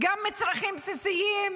גם מצרכים בסיסיים.